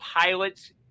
pilot's